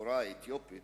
בחורה אתיופית